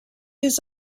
his